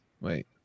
Wait